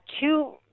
two